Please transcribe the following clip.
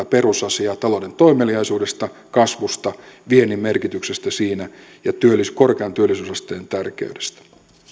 perusasiaa talouden toimeliaisuudesta kasvusta viennin merkityksestä siinä ja korkean työllisyysasteen tärkeydestä